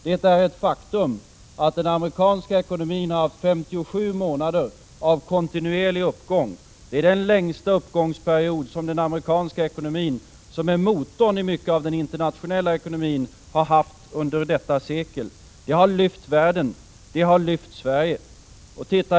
Det är ett faktum att den amerikanska ekonomin har haft 57 månader av kontinuerlig uppgång. Det är den längsta uppgångsperiod som den amerikanska ekonomin, vilken i mycket är motorn i den internationella ekonomin, har haft under detta sekel. Det har lyft världen, inkl. Sverige.